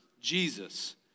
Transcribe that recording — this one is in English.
Jesus